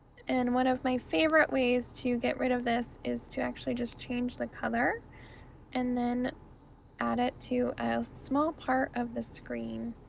and one of my favorite ways to get rid of this is to actually just change the color and then add it to a small part of the screen.